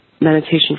meditation